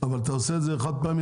אבל אתה עושה את זה חד פעמי?